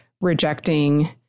rejecting